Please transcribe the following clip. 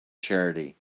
charity